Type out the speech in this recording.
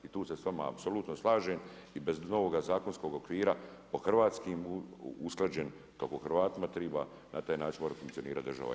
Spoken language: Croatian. I tu se s vama apsolutno slažem i bez novoga zakonskog okvira o hrvatskim usklađen, kako Hrvatima treba, na taj način mora funkcionirati država, inače.